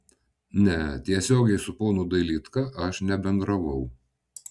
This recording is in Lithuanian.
ne tiesiogiai su ponu dailydka aš nebendravau